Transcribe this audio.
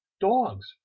dogs